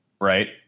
right